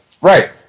Right